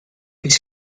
bis